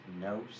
no